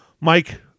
Mike